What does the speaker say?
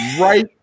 right